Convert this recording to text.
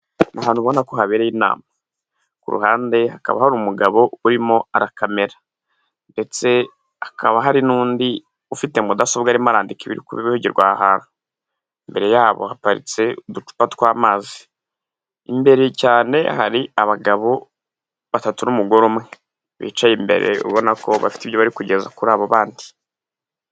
Ahantu ubona ko habereye inama ku ruhande hakaba hari umugabo urimo arakamera ndetse hakaba hari n'undi ufite mudasobwa arimo arandika ibi kuvugirwa aha hantu. Imbere yabo haparitse uducupa tw'amazi, imbere cyane hari abagabo batatu n'umugore umwe bicaye imbere ubona ko bafite ibyo bari kugeza kuri abo bandi.